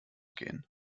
gehen